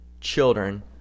children